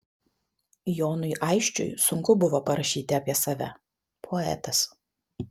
jonui aisčiui sunku buvo parašyti apie save poetas